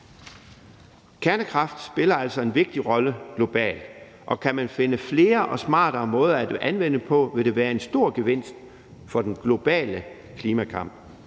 Kernekraft spiller altså en vigtig rolle globalt, og kan man finde flere og smartere måder at anvende det på, vil det være en stor gevinst for den globale klimakamp.